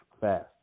fast